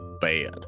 bad